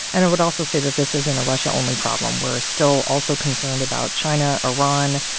and i would also say that this isn't a russia-only problem. we're still also concerned about china, iran,